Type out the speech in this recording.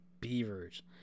Beavers